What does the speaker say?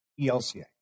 ELCA